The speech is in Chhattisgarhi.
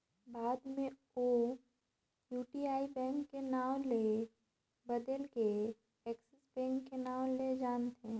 बाद मे ओ यूटीआई बेंक के नांव ल बदेल के एक्सिस बेंक के नांव ले जानथें